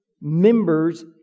members